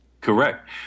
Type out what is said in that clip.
Correct